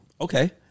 Okay